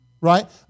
Right